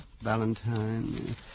Valentine